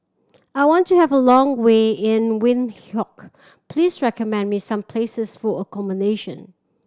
I want to have a long way in Windhoek please recommend me some places for accommodation